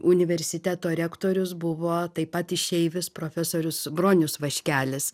universiteto rektorius buvo taip pat išeivis profesorius bronius vaškelis